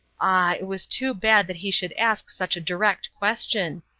ah, it was too bad that he should ask such a direct question.